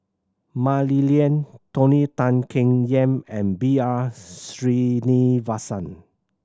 Mah Li Lian Tony Tan Keng Yam and B R Sreenivasan